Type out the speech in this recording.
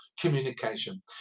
communication